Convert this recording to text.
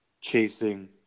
chasing